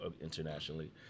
internationally